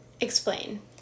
Explain